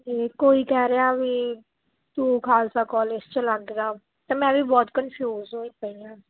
ਅਤੇ ਕੋਈ ਕਹਿ ਰਿਹਾ ਵੀ ਤੂੰ ਖਾਲਸਾ ਕਾਲਜ 'ਚ ਲੱਗ ਜਾ ਅਤੇ ਮੈਂ ਵੀ ਬਹੁਤ ਕਨਫਿਊਜ ਹੋਈ ਪਈ ਹਾਂ